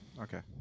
Okay